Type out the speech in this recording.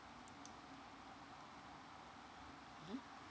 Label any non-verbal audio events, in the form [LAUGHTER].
[NOISE] mmhmm